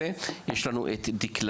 בבקשה.